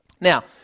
Now